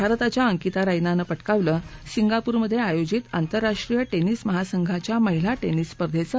भारताच्या अंकिता रैनानं पटकावलं सिंगापोरमध्ये आयोजित आंतरराष्ट्रीय टेनिस महासंघाच्या महिला टेनिस स्पर्धेचं